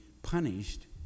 Punished